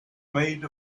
made